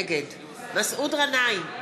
נגד מסעוד גנאים,